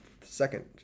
second